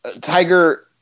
tiger